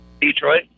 Detroit